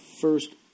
First